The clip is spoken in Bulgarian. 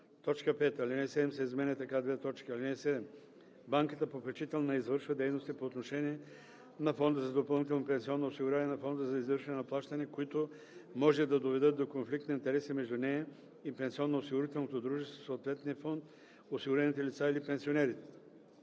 5. Алинея 7 се изменя така: „(7) Банката-попечител не извършва дейности по отношение на фонда за допълнително пенсионно осигуряване и на фонда за извършване на плащания, които може да доведат до конфликт на интереси между нея и пенсионноосигурителното дружество, съответния фонд, осигурените лица или пенсионерите.“